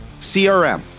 CRM